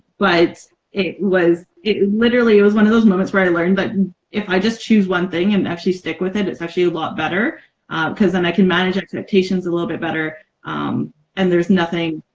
but it was it literally it was one of those moments where i learned but and if i just choose one thing and actually stick with it it's actually a lot better because then i can manage expectations a little bit better and there's nothing,